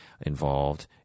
involved